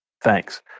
Thanks